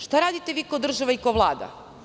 Šta radite vi kao država i kao Vlada?